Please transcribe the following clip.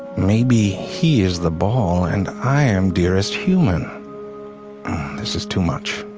maybe he is the ball and i am dearest human this is too much,